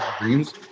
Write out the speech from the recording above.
dreams